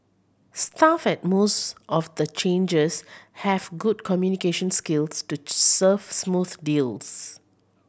staff at most of the changers have good communication skills to serve smooth deals